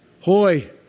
Hoy